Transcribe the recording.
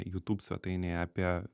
youtube svetainėje apie